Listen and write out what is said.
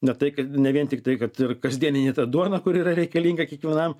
ne tai kad ne vien tik tai kad ir kasdieninė ta duona kuri yra reikalinga kiekvienam